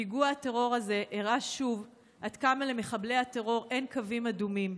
פיגוע הטרור הזה הראה שוב עד כמה למחבלי הטרור אין קווים אדומים,